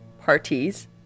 parties